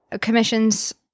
commissions –